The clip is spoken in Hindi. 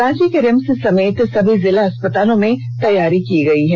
रांची के रिम्स समेत सभी जिला अस्पतालों में तैयारी की गयी है